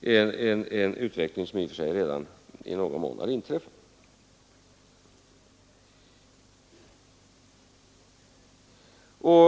är en utveckling som i och för sig redan i någon mån har inträffat.